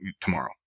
tomorrow